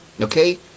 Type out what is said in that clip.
Okay